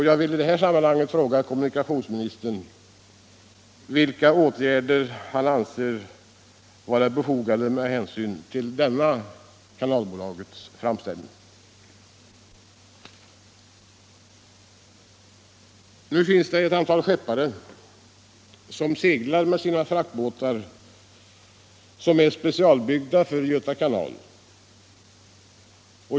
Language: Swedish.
Jag vill i detta sammanhang fråga kommunikationsministern vilka åtgärder han anser vara befogade med hänsyn till denna bolagets framställning. Nu finns det ett antal skeppare som seglar med fraktbåtar, som är specialbyggda för Göta kanal.